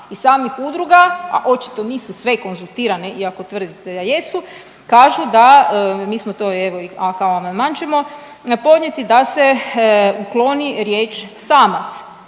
iz samih udruga a očito nisu sve konzultirane iako tvrdite da jesu kažu da mi smo to evo i kao amandman ćemo podnijeti da se ukloni riječ „samac“.